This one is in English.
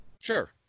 Sure